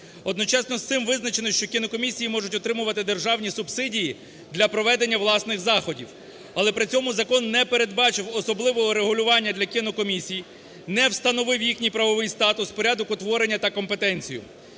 Одночасно з цим визначено, що кінокомісії можуть отримувати державні субсидії для проведення власних заходів, але при цьому закон не передбачив особливого регулювання для кінокомісій, не встановив їх правовий статус, порядок утворення та компетенцію.